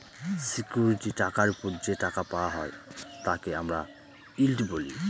security টাকার ওপর যে টাকা পাওয়া হয় তাকে আমরা ইল্ড বলি